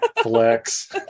flex